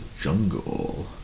jungle